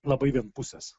labai vienpusės